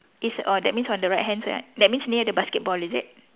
it's orh that means on the right hand side right that means near the basketball is it